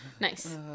Nice